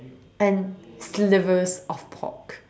and slivers of pork